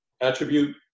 attribute